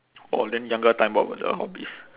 orh then younger time what were your hobbies